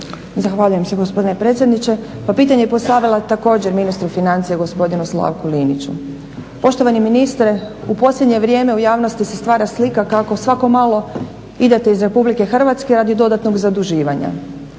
Zahvaljujem se gospodine predsjedniče. Pitanje bih postavila također ministru financija gospodinu Slavku Liniću. Poštovani ministre, u posljednje vrijeme u javnosti se stvara slika kako svako malo idete iz Republike Hrvatske radi dodatnog zaduživanja.